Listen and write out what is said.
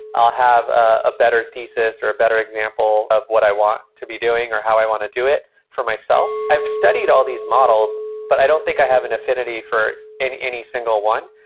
i'll have a better thesis, or a better example of what i want to be doing or how i want to do it for myself. i've studied all these models, but i don't think i have an affinity for any single one.